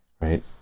right